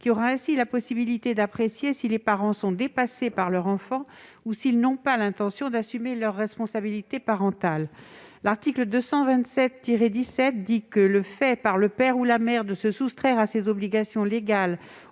qui aura ainsi la possibilité d'apprécier si les parents sont dépassés par leur enfant ou s'ils n'ont pas l'intention d'assumer leurs responsabilités parentales. L'article 227-17 du code pénal dispose que « le fait, par le père ou la mère, de se soustraire [...] à ses obligations légales